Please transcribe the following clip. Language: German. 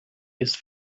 ist